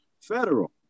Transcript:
Federal